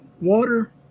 water